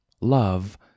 Love